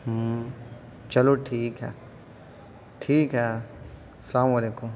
ہوں چلو ٹھیک ہے ٹھیک ہے السلام علیکم